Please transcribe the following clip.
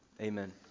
Amen